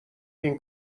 این